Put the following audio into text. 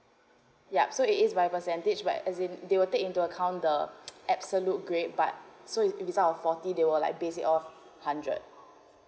ya so it is by percentage like as if they will take into account the absolute grade but so if your result is out of forty they will like based it on hundred